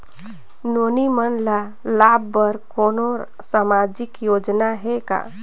नोनी मन ल लाभ बर कोनो सामाजिक योजना हे का?